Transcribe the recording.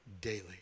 daily